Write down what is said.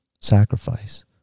sacrifice